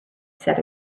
said